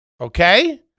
okay